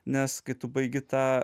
nes kai tu baigi tą